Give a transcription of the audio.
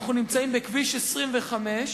אנחנו נמצאים בכביש 25,